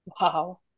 wow